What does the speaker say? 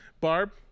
Barb